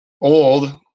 old